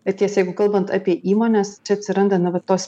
bet jeigu kalbant apie įmones čia atsiranda na va tos